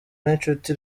n’inshuti